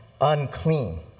unclean